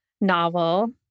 novel